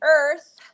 Earth